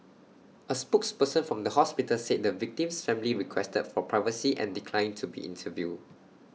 A spokesperson from the hospital said the victim's family requested for privacy and declined to be interviewed